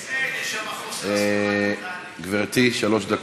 יש הסכמות, חבר'ה.